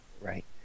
Right